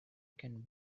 can